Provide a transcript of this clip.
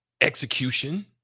execution